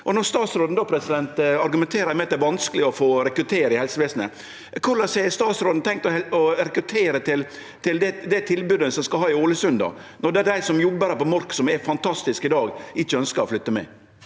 då statsråden argumenterer med at det er vanskeleg å rekruttere i helsevesenet: Korleis har statsråden tenkt å rekruttere til det tilbodet som ein skal ha i Ålesund, når dei som jobbar på Mork, som er fantastisk i dag, ikkje ønsker å flytte med?